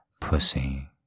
pussy